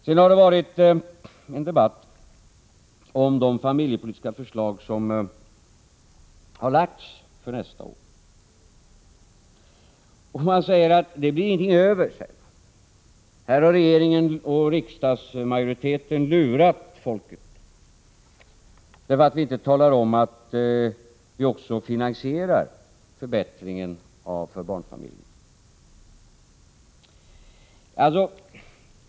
Det har förts en debatt om de familjepolitiska förslag som framlagts för nästa år. Man säger att det blir ingenting över. Regeringen och riksdagsmajoriteten har lurat folket, säger man, därför att vi inte talat om att vi också finansierar förbättringen för barnfamiljerna.